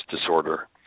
disorder